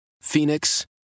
Phoenix